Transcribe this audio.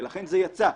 ולכן זה יצא.